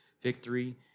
victory